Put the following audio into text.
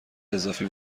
اضافی